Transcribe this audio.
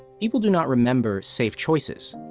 people do not remember safe choices.